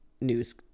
news